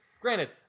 Granted